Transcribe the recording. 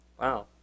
Wow